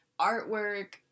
artwork